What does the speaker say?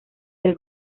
del